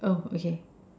oh okay